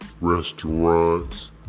restaurants